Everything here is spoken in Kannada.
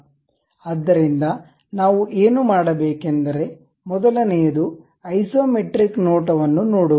ಆದ್ದರಿಂದ ನಾವು ಏನು ಮಾಡಬೇಕೆಂದರೆ ಮೊದಲನೆಯದು ಐಸೊಮೆಟ್ರಿಕ್ ನೋಟವನ್ನು ನೋಡುವುದು